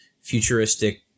futuristic